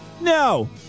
no